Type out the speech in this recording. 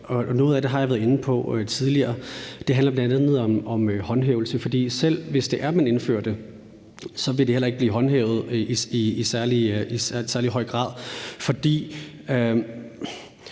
Nogle af tingene har jeg været inde på tidligere, og det handler bl.a. om håndhævelse. For selv hvis det var sådan, at man indførte det, ville det heller ikke blive håndhævet i særlig høj grad,